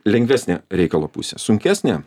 lengvesnė reikalo pusė sunkesnė